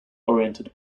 oriented